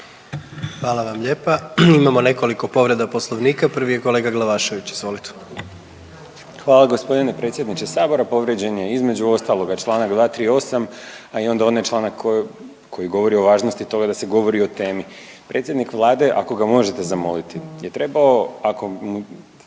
Hvala vam lijepa. Imamo nekoliko povreda Poslovnika, prvi je kolega Glavašević. Izvolite. **Glavašević, Bojan (Nezavisni)** Hvala g. predsjedniče Sabora. Povrijeđen je između ostaloga čl. 238., a i onda onaj članak koji govori o važnosti toga da se govori o temi. Predsjednik Vlade ako ga možete zamoliti je trebao